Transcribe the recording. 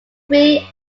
three